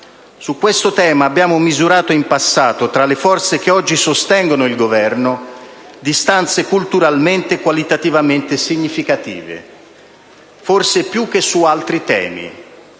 Su questo tema abbiamo misurato in passato, tra le forze che oggi sostengono il Governo, distanze culturalmente e qualitativamente significative, forse più che su altri temi.